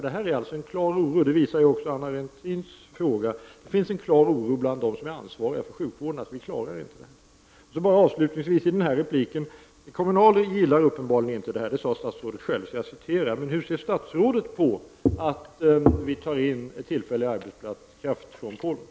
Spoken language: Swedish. Det finns en klar oro — vilket också Anna Horn af Rantziens fråga visar — bland dem som är ansvariga för sjukvården för att man inte skall klara det här. Kommunal gillar uppenbarligen inte dessa sommarvikarier — det sade statsrådet självt. Men hur ser statsrådet på att man tar in tillfällig arbetskraft från Polen?